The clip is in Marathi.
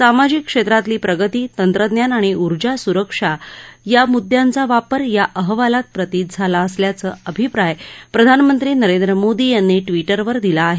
सामाजिक क्षेत्रातली प्रगती तंत्रज्ञान आणि ऊर्जा सुरक्षा या मुददयांचा वापर या अहवालात प्रतीत झाला असल्याचं अभिप्राय प्रधानमंत्री नरेंद्र मोदी यांनी ट्विटरवर दिला आहे